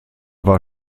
war